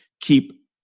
keep